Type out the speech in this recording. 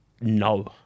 No